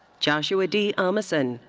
joshua d. amason,